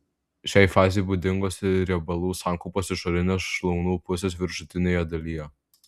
šiai fazei būdingos riebalų sankaupos išorinės šlaunų pusės viršutinėje dalyje